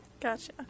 Gotcha